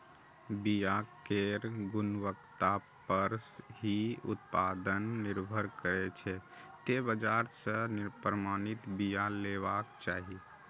बिया केर गुणवत्ता पर ही उत्पादन निर्भर करै छै, तें बाजार सं प्रमाणित बिया लेबाक चाही